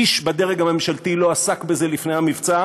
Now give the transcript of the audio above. איש בדרג הממשלתי לא עסק בזה לפני המבצע,